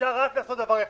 אפשר רק לעשות דבר אחד: